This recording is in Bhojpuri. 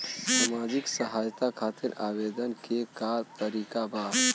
सामाजिक सहायता खातिर आवेदन के का तरीका बा?